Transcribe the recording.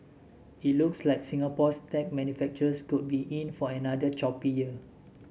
it looks like Singapore's tech manufacturers could be in for another choppy year